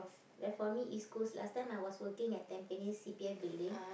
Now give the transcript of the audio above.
like for me East-Coast last time I was working at Tampines C_P_F building